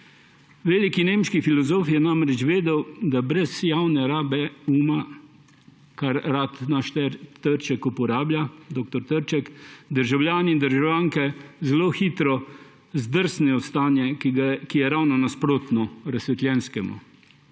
Veliki nemški filozof je namreč vedel, da brez javne rabe uma, kar rad naš dr. Trček uporablja, državljani in državljanke zelo hitro zdrsnejo v stanje, ki je ravno nasprotno razsvetljenskemu.